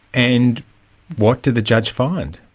and what did the judge find?